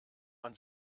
man